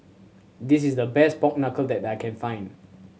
this is the best pork knuckle that I can find